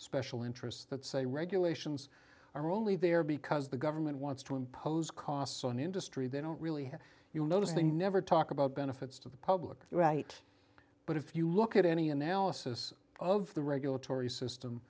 special interests that say regulations are only there because the government wants to impose costs on industry they don't really have you notice they never talk about benefits to the public right but if you look at any analysis of the regulatory system